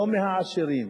לא מהעשירים,